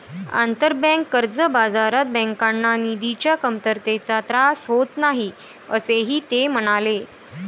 आंतरबँक कर्ज बाजारात बँकांना निधीच्या कमतरतेचा त्रास होत नाही, असेही ते म्हणाले